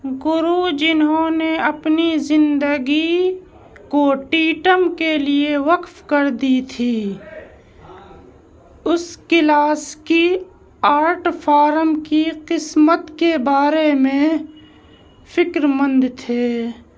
گرو جنہوں نے اپنی زندگی کو ٹیٹم کے لیے وقف کر دی تھی اس کلاسکی آرٹ فارم کی قسمت کے بارے میں فکر مند تھے